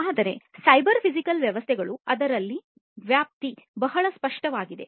ಆದರೆ cyber physical ವ್ಯವಸ್ಥೆಗಳು ಅದರಲ್ಲಿ ವ್ಯಾಪ್ತಿ ಬಹಳ ಸ್ಪಷ್ಟವಾಗಿದೆ